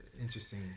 interesting